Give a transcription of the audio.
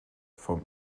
vom